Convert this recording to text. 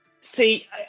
See